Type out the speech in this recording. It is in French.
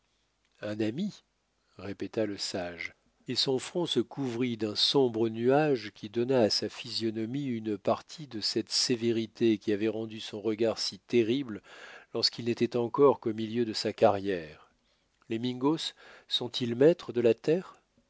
un ami répéta le sage et son front se couvrit d'un sombre nuage qui donna à sa physionomie une partie de cette sévérité qui avait rendu son regard si terrible lorsqu'il n'était encore qu'au milieu de sa carrière les mingos sont-ils maîtres de la terre